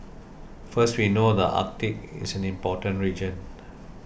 first we know the Arctic is an important region